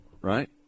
right